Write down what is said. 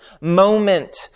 moment